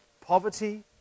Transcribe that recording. poverty